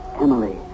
Emily